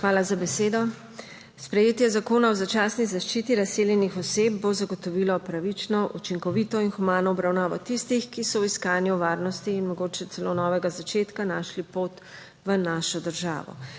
Hvala za besedo. Sprejetje Zakona o začasni zaščiti razseljenih oseb bo zagotovilo pravično, učinkovito in humano obravnavo tistih, ki so v iskanju varnosti in mogoče celo novega začetka našli pot v našo državo.